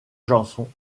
janson